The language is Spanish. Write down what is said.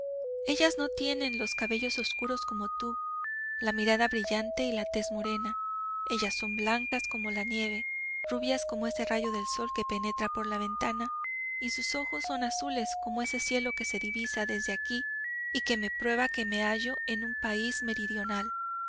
ellas no tienen los cabellos obscuros como tú la mirada brillante y la tez morena ellas son blancas como la nieve rubias como ese rayo de sol que penetra por la ventana y sus ojos son azules como ese cielo que se divisa desde aquí y que me prueba que me hallo en un país meridional